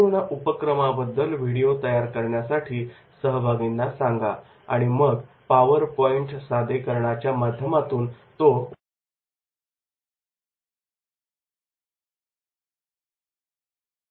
पूर्ण उपक्रमाबद्दल व्हिडिओ तयार करण्यासाठी सहभागींना सांगा आणि मग पावर पॉइंट सादरीकरणाच्या माध्यमातून तो वर्गात सादर करायला सांगा